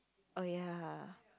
oh ya